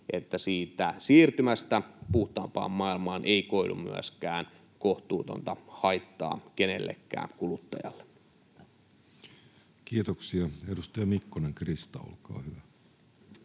että siitä siirtymästä puhtaampaan maailmaan ei koidu myöskään kohtuutonta haittaa kenellekään kuluttajalle. Kiitoksia. — Edustaja Mikkonen, Krista, olkaa hyvä.